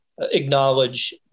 acknowledge